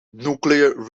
nuclear